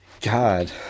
God